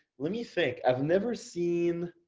let me think i've never seen